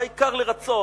העיקר לרצות,